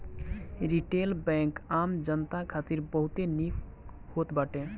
retail bank आम जनता खातिर बहुते निक होत बाटे